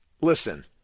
Listen